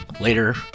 Later